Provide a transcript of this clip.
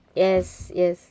yes yes